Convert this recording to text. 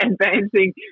advancing